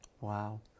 Wow